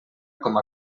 com